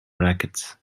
brackets